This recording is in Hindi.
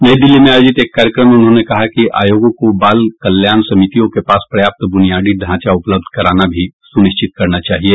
नई दिल्ली में आयोजित एक कार्यक्रम में उन्होंने कहा कि आयोगों को बाल कल्याण समितियों के पास पर्याप्त बुनियादी ढ़ांचा उपलब्ध कराना भी सुनिश्चित करना चाहिए